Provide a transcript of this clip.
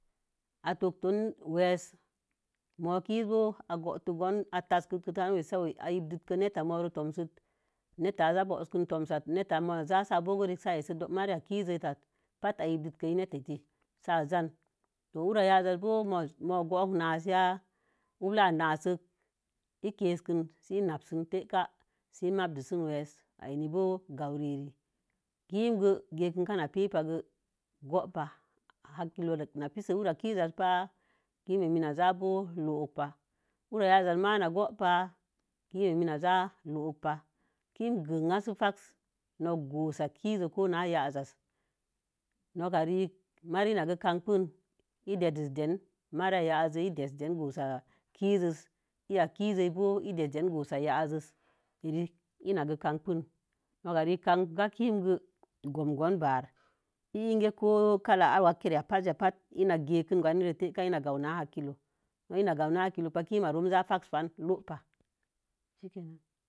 A tok ton wai, nwo kiz boo a tasətkin na yibba netta moro tosat, netta mona ja sə bogorek sə a essə mariya kizəi at pat a yiptik yin səa jan, to ura yaazaz boo na book naas ya, ulla naas sə book i kee sə kən səi mapdu sun was a ena boo, gau re eri, kim go gekən ka na pipah go, goopa, hakkilo na peso ura kizaz pah kim memi na za bóo look pa, ura yaazaz ma na gopa kimma imi na za look pah, kim gənga sə fax nok gosa kizək ko ura. Yaazaz, no ka riik, mari na boo kampin, i des den gosa yaazəs na gosa kizoz, uri ya kizoi boo i desden gosa yaazos, iri ina boo kampin, noka riik kampa kim go, gomgon bar, in ge ko wakire ya pazya pat, ina ge ken goniro teka, ina gauna hakilo, not ina gaunaa hakilo pa kimarom ja fax fan loopah shikenan.